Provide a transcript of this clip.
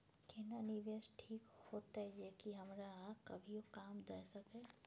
केना निवेश ठीक होते जे की हमरा कभियो काम दय सके?